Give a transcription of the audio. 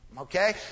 Okay